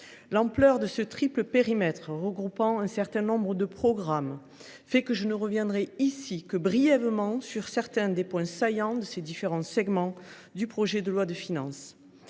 l’ampleur de ce triple périmètre regroupant un certain nombre de programmes, je ne reviendrai que brièvement sur certains des points saillants de ces différents segments du projet de loi de finances.